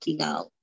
out